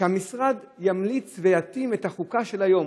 שהמשרד ימליץ ויתאים את החוקה של היום,